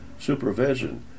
supervision